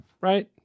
Right